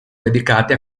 dedicati